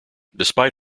despite